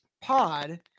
pod